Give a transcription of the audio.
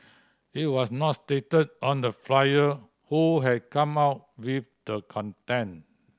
it was not stated on the flyer who had come up with the content